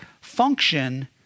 Function